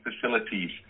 facilities